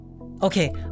Okay